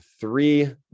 three